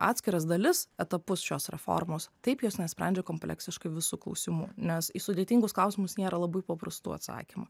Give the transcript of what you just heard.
atskiras dalis etapus šios reformos taip jos nesprendžia kompleksiškai visų klausimų nes į sudėtingus klausimus nėra labai paprastų atsakymų